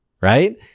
Right